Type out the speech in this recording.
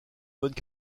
bonnes